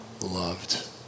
loved